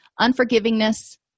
unforgivingness